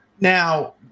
Now